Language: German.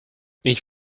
ich